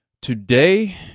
Today